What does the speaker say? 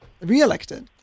reelected